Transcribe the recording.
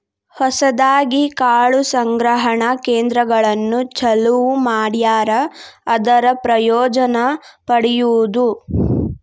ಹೊಸದಾಗಿ ಕಾಳು ಸಂಗ್ರಹಣಾ ಕೇಂದ್ರಗಳನ್ನು ಚಲುವ ಮಾಡ್ಯಾರ ಅದರ ಪ್ರಯೋಜನಾ ಪಡಿಯುದು